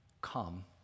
Come